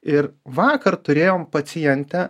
ir vakar turėjom pacientę